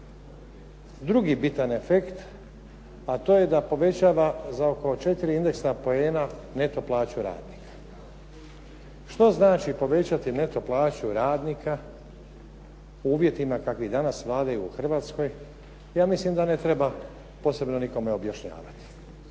drugi bitan efekt a to je da povećava za oko 4 indeksa poena neto plaću radnika. Što znači povećati neto plaću radnika u uvjetima kakvi danas vladaju u Hrvatskoj ja mislim da ne treba nikome posebno objašnjavati.